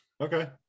Okay